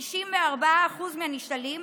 כ-64% מהנשאלים,